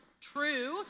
true